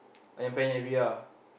Ayam-Penyet-Ria